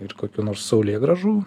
ir kokiu nors saulėgrąžų